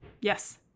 yes